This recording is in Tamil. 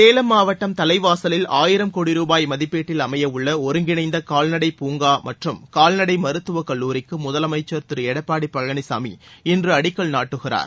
சேலம் மாவட்டம் தலைவாசலில் ஆயிரம் கோடி ரூபாய் மதிப்பீட்டில் அமைய உள்ள ஒருங்கிணைந்த கால்நடை பூங்கா மற்றம் கால்நடை மருத்துவக் கல்லூரிக்கு முதலமைச்சர் திரு எடப்பாடி பழனிசாமி இன்று அடிக்கல் நாட்டுகிறார்